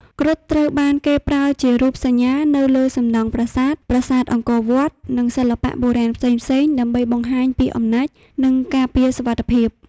គ្រុឌត្រូវបានគេប្រើជារូបសញ្ញានៅលើសំណង់ប្រាសាទ ប្រាសាទអង្គរវត្ត និងសិល្បៈបុរាណផ្សេងៗ ដើម្បីបង្ហាញពីអំណាច និងការពារសុវត្ថិភាព។